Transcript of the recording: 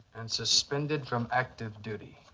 and suspended from active duty.